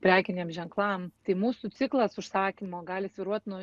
prekiniam ženklam tai mūsų ciklas užsakymo gali svyruot nuo